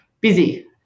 busy